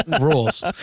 rules